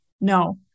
No